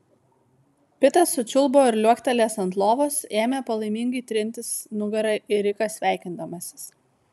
pitas sučiulbo ir liuoktelėjęs ant lovos ėmė palaimingai trintis nugara į riką sveikindamasis